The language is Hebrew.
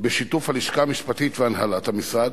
בשיתוף הלשכה המשפטית והנהלת המשרד,